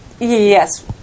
Yes